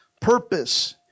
purpose